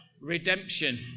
redemption